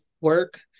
work